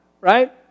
right